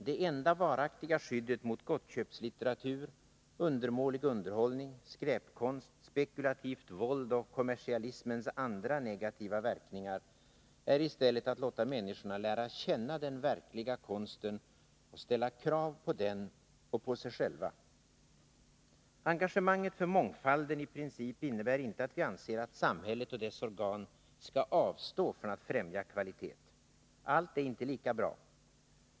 Det enda varaktiga skyddet mot gottköpslitteratur, undermålig underhållning, skräpkonst, spekulativt våld och kommersialismens andra negativa verkningar är i stället att låta människorna lära känna den verkliga konsten och ställa krav på den och på sig själva. Engagemanget för mångfalden i princip innebär inte att vi anser att samhället och dess organ skall avstå från att främja kvalitet. Allt är inte lika bra.